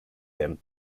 him